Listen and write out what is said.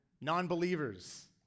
Non-believers